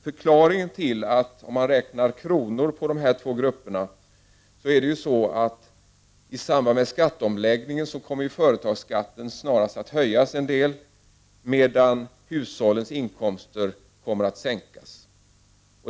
Förklaringen till att resultet blir sådant i kronor räknat är att företagsskatten i samband med skatteomläggningen snarare kommer att höjas en del, medan hushållens inkomstskatt kommer att sänkas.